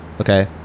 Okay